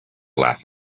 laugh